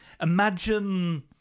imagine